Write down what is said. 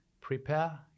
prepare